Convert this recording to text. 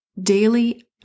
daily